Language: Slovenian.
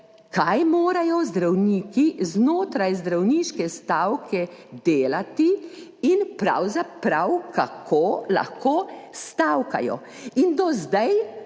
kaj morajo zdravniki znotraj zdravniške stavke delati in pravzaprav, kako lahko stavkajo. In do zdaj